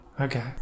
Okay